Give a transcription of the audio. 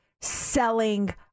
selling